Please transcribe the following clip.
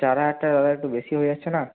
চার হাজার টাকা দাদা একটু বেশি হয়ে যাচ্ছে না